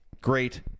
great